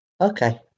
Okay